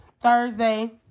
Thursday